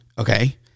Okay